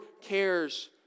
cares